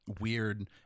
weird